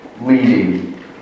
leading